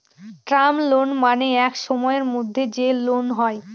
term loan মানে এক সময়ের মধ্যে যে লোন হয়